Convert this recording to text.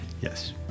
Yes